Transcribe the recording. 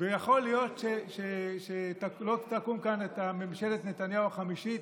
ויכול להיות שלא תקום כאן ממשלת נתניהו החמישית,